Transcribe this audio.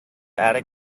attic